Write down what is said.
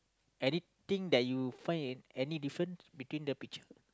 anything that you find any any difference between the picture